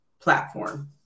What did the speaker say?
platform